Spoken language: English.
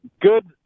good